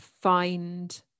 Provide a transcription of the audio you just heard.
find